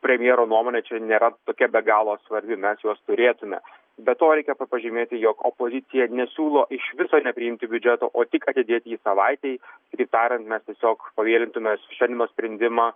premjero nuomonė čia nėra tokia be galo svarbi mes juos turėtume be to reikia pa pažymėti jog opozicija nesiūlo iš viso nepriimti biudžeto o tik atidėti jį savaitei kitaip tariant mes tiesiog pavėlintume šiandienos sprendimą